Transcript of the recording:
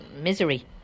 misery